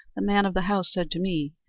the man of the house said to me,